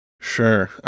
Sure